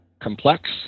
complex